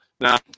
Now